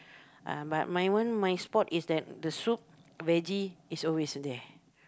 uh but my one my spot is that the soup veggie is always there